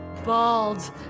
bald